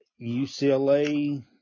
UCLA